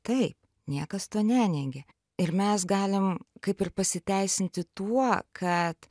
taip niekas to neneigia ir mes galim kaip ir pasiteisinti tuo kad